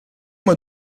moi